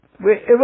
Wherever